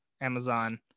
amazon